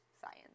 science